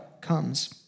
comes